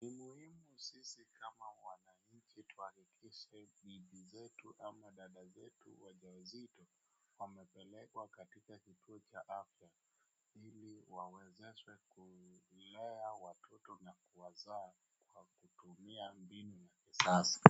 Ni muhimu sisi kama wananchi kuhakikisha bibi zetu ama dada zetu wanajawazito, wapelekwa katika kituo cha afya, ili wawezeshwe kulea watoto na kuwazaa kwa kutumia mbinu za kisasa.